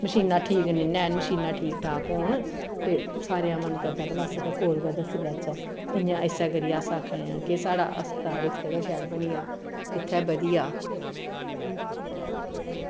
मशीनां ठीक नेईं ना ऐ मशीनां ठीक ठाक होन ते सारें दा मन करदा कि भला अस इत्थें कोल गै दस्सी लैचे इ'यां इस्सै करियै अस आक्खने आं कि साढ़ा अस्पताल इत्थै गै शैल बनी जा इत्थै बधी जा